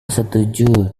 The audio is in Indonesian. setuju